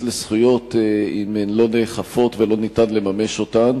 לזכויות אם הן לא נאכפות ולא ניתן לממש אותן.